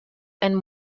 and